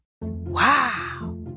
Wow